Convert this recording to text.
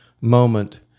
moment